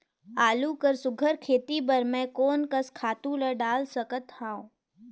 आलू कर सुघ्घर खेती बर मैं कोन कस खातु ला डाल सकत हाव?